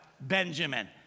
Benjamin